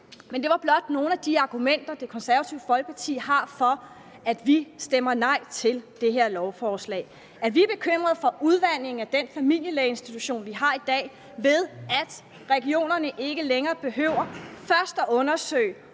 Det var blot nogle af de argumenter, Det Konservative Folkeparti har for, at vi stemmer nej til det her lovforslag. Vi er bekymrede for udvandingen af den familielægeinstitution, vi har i dag, i og med at regionerne ikke længere først behøver at undersøge,